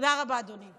תודה רבה, אדוני.